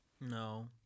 no